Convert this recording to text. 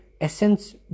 essence